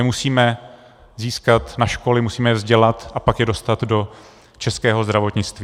Musíme je získat na školy, musíme je vzdělat a pak je dostat do českého zdravotnictví.